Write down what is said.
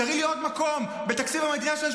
תראי לי עוד מקום בתקציב המדינה שיש